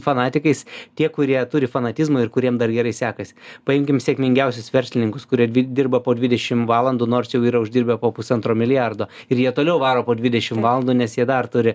fanatikais tie kurie turi fanatizmo ir kuriem dar gerai sekasi paimkim sėkmingiausius verslininkus kurie dirba po dvidešim valandų nors jau yra uždirbę po pusantro milijardo ir jie toliau varo po dvidešim valandų nes jie dar turi